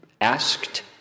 asked